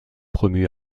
promu